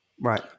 Right